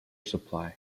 supply